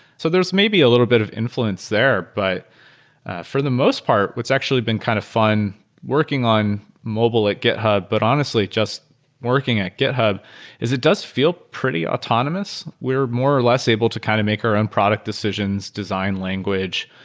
so there's maybe a little bit of influence there. but for the most part, what's actually been kind of fun working on mobile at github, but honestly just working at github is it does feel pretty autonomous. we are more or less able to kind of make our own product decisions, design language,